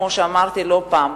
כמו שאמרתי לא פעם.